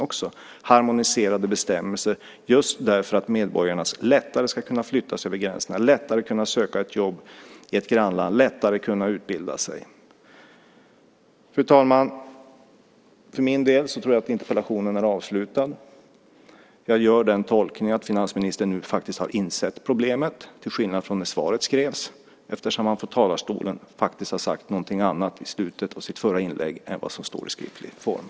Vi försöker få harmoniserade bestämmelser just för att medborgare lättare ska kunna flytta över gränserna, kunna söka jobb i ett grannland, kunna utbilda sig. Fru talman! Jag tror att interpellationsdebatten för min del är avslutad. Jag gör den tolkningen att finansministern nu, till skillnad från när svaret skrevs, insett problemet eftersom han i slutet av sitt förra inlägg från talarstolen faktiskt sade något annat än det som sägs i det skriftliga svaret.